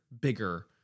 bigger